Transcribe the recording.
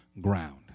ground